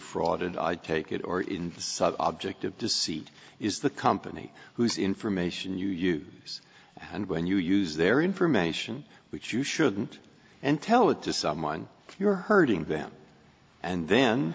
frauded i take it or in the subject of deceit is the company whose information you use and when you use their information which you shouldn't and tell it to someone you're hurting them and